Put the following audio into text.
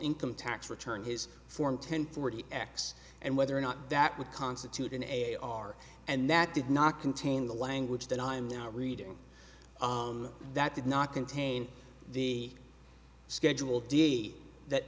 income tax return his form ten forty x and whether or not that would constitute an a r and that did not contain the language that i am now reading that did not contain the schedule d that